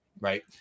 right